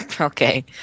Okay